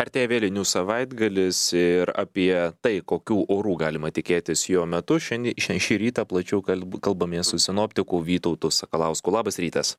artėja vėlinių savaitgalis ir apie tai kokių orų galima tikėtis jo metu šiandien šį šį rytą plačiau kalb kalbamės su sinoptiku vytautu sakalausku labas rytas